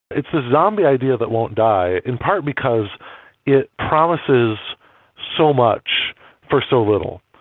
it's a zombie idea that won't die, in part because it promises so much for so little.